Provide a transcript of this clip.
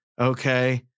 Okay